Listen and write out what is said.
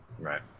Right